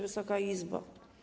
Wysoka Izbo!